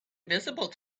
visible